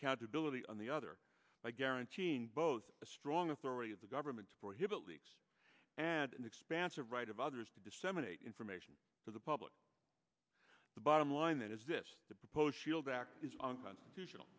accountability on the other by guaranteeing both a strong authority of the government to prohibit leaks and an expansive right of others to disseminate information to the public the bottom line is this the proposed shield act is unconstitutional